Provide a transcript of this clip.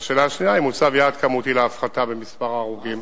והשאלה השנייה: אם הוצב יעד כמותי להפחתת מספר ההרוגים,